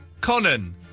Conan